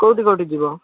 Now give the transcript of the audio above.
କେଉଁଠି କେଉଁଠି ଯିବ